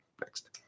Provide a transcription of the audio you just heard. next